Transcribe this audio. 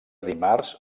dimarts